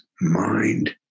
mind